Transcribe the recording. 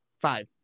five